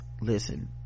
listen